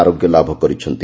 ଆରୋଗ୍ୟ ଲାଭ କରିଛନ୍ତି